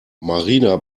marina